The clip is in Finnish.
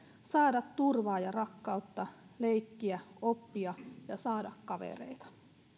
saada turvaa ja rakkautta leikkiä oppia ja saada kavereita